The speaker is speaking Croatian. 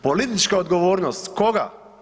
Politička odgovornost koga?